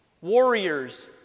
Warriors